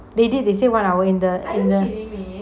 they did they say one hour in the in the